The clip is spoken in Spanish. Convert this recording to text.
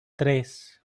tres